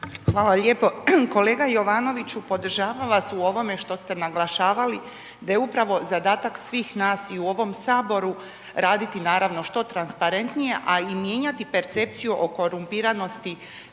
Hvala lijepo. Kolega Jovanoviću, podržavam vas u ovome što ste naglašavali da je upravo zadatak svih nas i u ovom Saboru raditi naravno što transparentnije a i mijenjati percepciju o korumpiranosti